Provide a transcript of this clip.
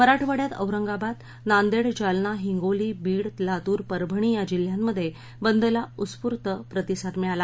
मराठवाङ्या औरंगाबादनांदह्कजालना हिंगोलीबीड लातूर परभणीया जिल्ह्यामध्य विदला उत्स्फूर्त प्रतिसाद मिळाला